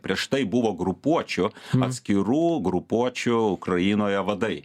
prieš tai buvo grupuočių atskirų grupuočių ukrainoje vadai